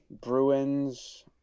Bruins